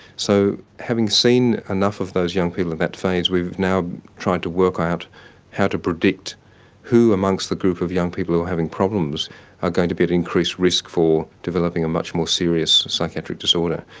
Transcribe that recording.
so having seen enough of those young people at that phase we've now tried to work out how to predict who amongst the group of young people who are having problems are going to be at increased risk for developing a much more serious psychiatric disorder.